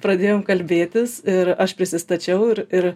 pradėjom kalbėtis ir aš prisistačiau ir ir